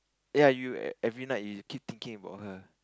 ya you every night you keep thinking about her